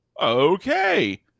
Okay